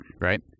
Right